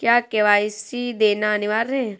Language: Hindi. क्या के.वाई.सी देना अनिवार्य है?